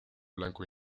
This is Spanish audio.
blanco